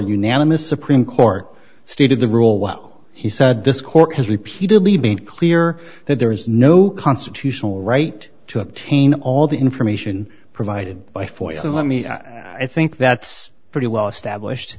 unanimous supreme court stated the rule while he said this court has repeatedly been clear that there is no constitutional right to obtain all the information provided by force and let me i think that's pretty well established